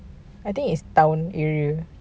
I think it's town area